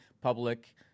public